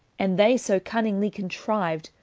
and they so cunninglye contriv'd,